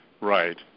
Right